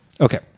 Okay